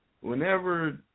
whenever